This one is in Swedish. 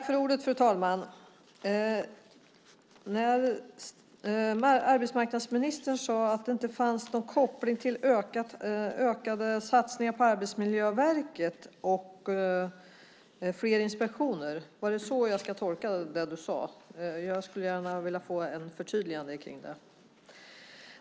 Fru talman! Arbetsmarknadsministern sade att det inte finns någon koppling mellan ökade satsningar på Arbetsmiljöverket och fler inspektioner. Är det så jag ska tolka det du sade? Jag skulle vilja få ett förtydligande kring det.